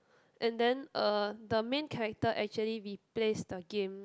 and then uh the main character actually replace the game